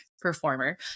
Performer